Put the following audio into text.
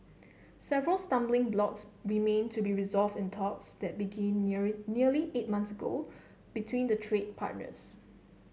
several stumbling blocks remain to be resolve in talks that began nearly eight months ago between the trade partners